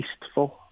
tasteful